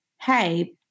Hey